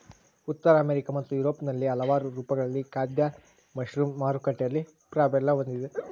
ಉತ್ತರ ಅಮೆರಿಕಾ ಮತ್ತು ಯುರೋಪ್ನಲ್ಲಿ ಹಲವಾರು ರೂಪಗಳಲ್ಲಿ ಖಾದ್ಯ ಮಶ್ರೂಮ್ ಮಾರುಕಟ್ಟೆಯಲ್ಲಿ ಪ್ರಾಬಲ್ಯ ಹೊಂದಿದೆ